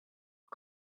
for